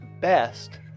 best